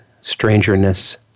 strangeness